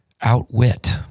outwit